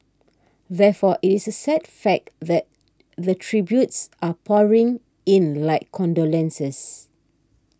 therefore it is a sad fact that the tributes are pouring in like condolences